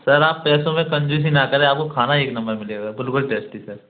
sir आप पैसों में कंजूसी ना करें आपको खाना एक नंबर मिलेगा बिल्कुल टेस्टी सर